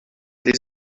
des